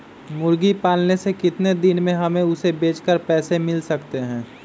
मुर्गी पालने से कितने दिन में हमें उसे बेचकर पैसे मिल सकते हैं?